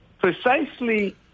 precisely